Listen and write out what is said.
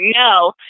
no